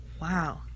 wow